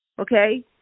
okay